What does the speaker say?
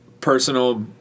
personal